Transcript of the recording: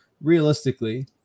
realistically